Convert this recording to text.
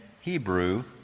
Hebrew